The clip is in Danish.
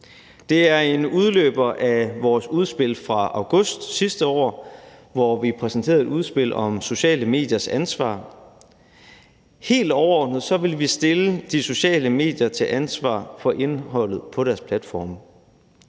Det er en udløber af vores udspil fra august sidste år, hvor vi præsenterede et udspil om sociale mediers ansvar. Helt overordnet vil vi stille de sociale medier til ansvar for indholdet på deres platforme.